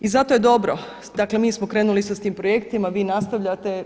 I zato je dobro, dakle mi smo isto krenuli sa tim projektima, vi nastavljate.